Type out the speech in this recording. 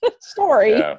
story